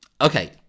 okay